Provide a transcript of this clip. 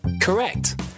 Correct